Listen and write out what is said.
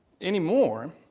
Anymore